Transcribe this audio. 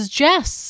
jess